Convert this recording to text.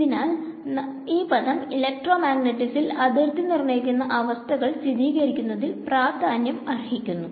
അതിനാൽ ഈ പദം എലെക്ട്രോമാഗ്നിറ്റിസിൽ അതിർഥി നിർണയിക്കുന്ന അവസ്ഥകൾ സ്ഥിതീകരിക്കുന്നത്തിൽ പ്രാധാന്യം അർഹിക്കുന്നു